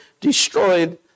destroyed